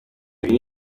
ine